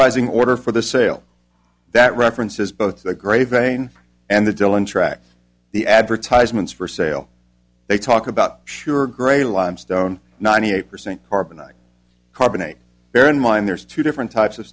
zing order for the sale that references both the grave rain and the dylan tract the advertisements for sale they talk about sure gray limestone ninety eight percent carbonite carbonate bear in mind there's two different types of